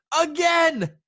again